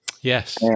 Yes